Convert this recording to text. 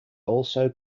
also